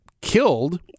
killed